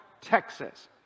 Texas